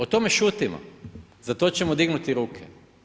O tome šutimo, za to ćemo dignuti ruke.